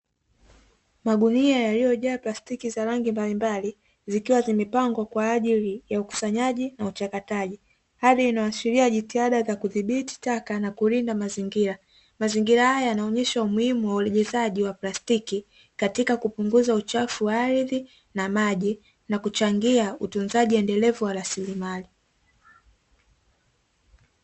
Magunia yaliyojaa plastiki za rangi mbalimbali zikiwa zimepengwa kwaajiri ya ukusanyaji na uchakataji hali inayohashiria jitihada ya kudhibiti taka na kulinda mazingira, mazingra haya yanaonyesha umuhumu wa urejezaji wa plastiki katika kupunguza uchafu wa ardhi na maji na kuchangia utunzaji endelevu wa rasilimali.